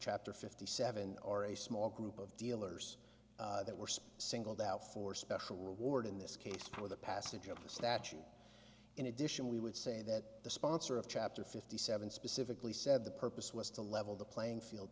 chapter fifty seven or a small group of dealers that were singled out for special reward in this case for the passage of the statute in addition we would say that the sponsor of chapter fifty seven specifically said the purpose was to level the playing field